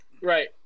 right